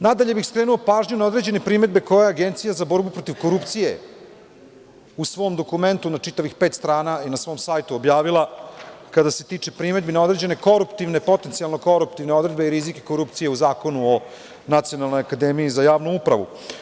Nadalje bih skrenuo pažnju na određene primedbe koje je Agencija za borbu protiv korupcije u svom dokumentu na čitavih pet strana i na svom sajtu objavila, kada se tiče primedbi na određene koruptivne, potencijalno koruptivne i rizike korupcije u zakonu o Nacionalnoj akademiji za javnu upravu.